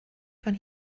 von